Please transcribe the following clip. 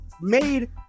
made